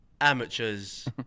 amateurs